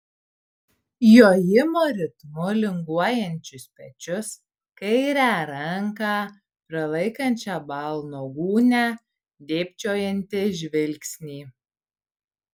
jojimo ritmu linguojančius pečius kairę ranką prilaikančią balno gūnią dėbčiojantį žvilgsnį